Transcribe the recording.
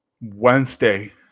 Wednesday